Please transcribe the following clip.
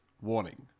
Warning